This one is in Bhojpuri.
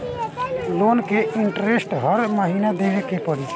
लोन के इन्टरेस्ट हर महीना देवे के पड़ी?